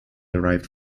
derived